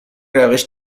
روش